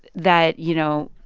that, you know,